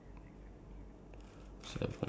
ya like how many cards are you left with